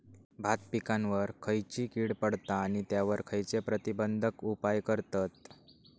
भात पिकांवर खैयची कीड पडता आणि त्यावर खैयचे प्रतिबंधक उपाय करतत?